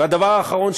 והדבר האחרון,